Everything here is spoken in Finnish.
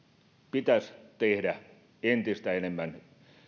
pitäisi tehdä entistä enemmän